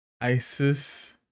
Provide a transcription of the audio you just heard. Isis